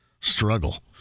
Struggle